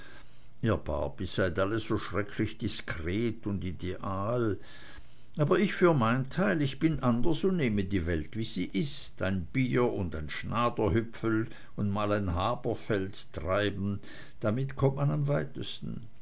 seid alle so schrecklich diskret und ideal aber ich für mein teil ich bin anders und nehme die welt wie sie ist ein bier und ein schnaderhüpfl und mal ein haberfeldtreiben damit kommt man am weitesten